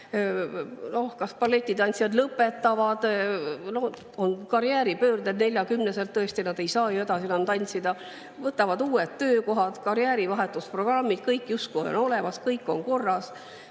ole, balletitantsijad lõpetavad, on karjääripöörded, sest 40-aastaselt nad tõesti ei saa ju edasi enam tantsida. Võtavad uued töökohad, karjäärivahetusprogrammid, kõik justkui on olemas, kõik on korras.